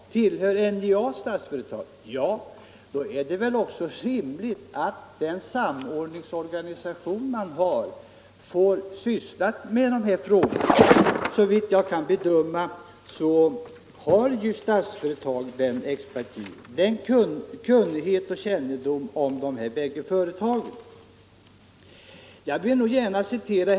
Tillhör NJA Statsföretag? Ja! Då är det väl också rimligt att den samordningsorganisation man har får syssla med dessa frågor. Såvitt jag kan bedöma har Statsföretag den erforderliga expertisen, kännedomen och kunskapen om dessa båda företag.